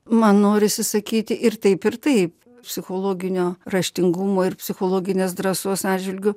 man norisi sakyti ir taip ir taip psichologinio raštingumo ir psichologinės drąsos atžvilgiu